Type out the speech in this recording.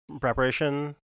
preparation